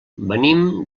venim